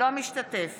אינו משתתף